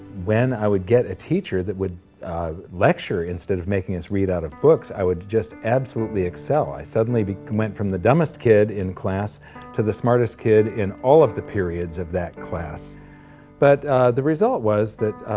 when i would get a teacher that would lecture instead of making us read out of books, i would just absolutely excel i suddenly but went from the dumbest kid in class to the smartest kid in all of the periods of that class but the result was that,